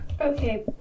Okay